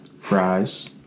fries